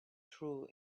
true